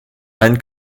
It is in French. anne